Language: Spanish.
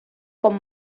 con